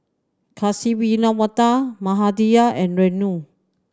Kasiviswanathan Mahade and Renu